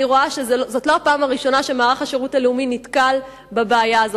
אני רואה שזו לא הפעם הראשונה שמערך השירות הלאומי נתקל בבעיה הזו.